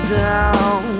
down